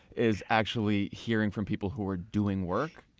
is actually hearing from people who are doing work.